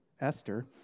Esther